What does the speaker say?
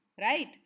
right